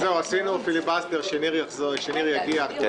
עשינו פיליבסטר עד שניר יגיע.